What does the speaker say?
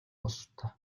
бололтой